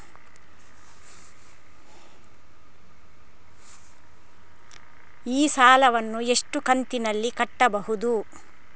ಈ ಸಾಲವನ್ನು ಎಷ್ಟು ಕಂತಿನಲ್ಲಿ ಕಟ್ಟಬಹುದು?